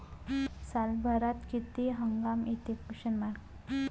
सालभरात किती हंगाम येते?